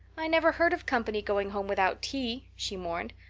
i never heard of company going home without tea, she mourned.